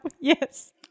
yes